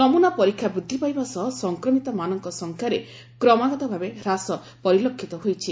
ନମୁନା ପରୀକ୍ଷା ବୃଦ୍ଧି ପାଇବା ସହ ସଂକ୍ରମିତମାନଙ୍କ ସଂଖ୍ୟାରେ କ୍ରମାଗତ ଭାବେ ହ୍ରାସ ପରିଲକ୍ଷିତ ହୋଇଛି